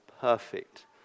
perfect